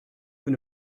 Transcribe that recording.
vous